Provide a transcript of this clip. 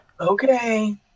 Okay